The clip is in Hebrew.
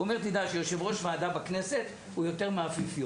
הוא אמר לי: תדע שיושב ראש בוועדה בכנסת הוא יותר מאפיפיור,